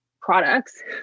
products